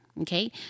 Okay